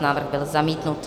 Návrh byl zamítnut.